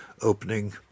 opening